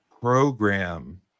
program